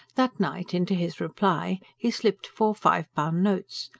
that night, into his reply he slipped four five-pound notes.